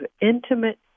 intimate